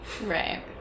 Right